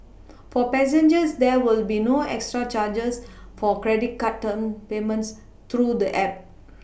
for passengers there will be no extra charges for credit card turn payments through the app